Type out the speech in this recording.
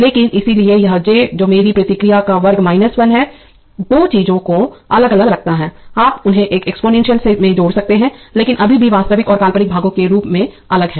लेकिन इसलिए यह j जो मेरी प्रतिक्रिया का वर्ग 1 है दो चीजों को अलग अलग रखता है आप उन्हें एक एक्सपोनेंशियल में जोड़ सकते हैं लेकिन अभी भी वास्तविक और काल्पनिक भागों के रूप में अलग हैं